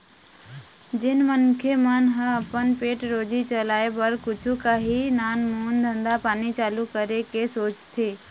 जेन मनखे मन ह अपन पेट रोजी चलाय बर कुछु काही नानमून धंधा पानी चालू करे के सोचथे